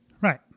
Right